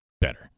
better